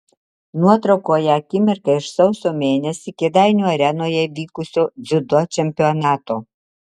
nuotraukoje akimirka iš sausio mėnesį kėdainių arenoje vykusio dziudo čempionato